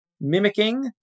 mimicking